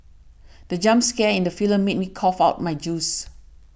the jump scare in the film made me cough out my juice